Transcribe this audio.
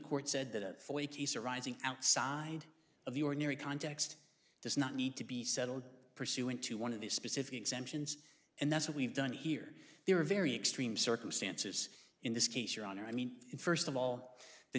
court said that a rising outside of the ordinary context does not need to be settled pursuant to one of the specific exemptions and that's what we've done here there are very extreme circumstances in this case your honor i mean first of all the